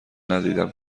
ندیدم